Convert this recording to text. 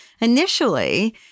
initially